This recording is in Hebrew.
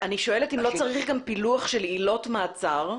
אני שואלת אם לא צריך גם פילוח של עילות מעצר.